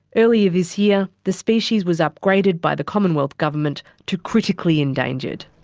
earlier this year, the species was upgraded by the commonwealth government to critically endangered.